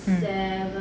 mm